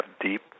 deep